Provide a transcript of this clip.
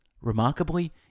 Remarkably